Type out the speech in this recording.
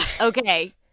Okay